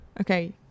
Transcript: okay